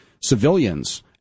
civilians